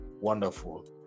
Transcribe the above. wonderful